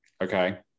Okay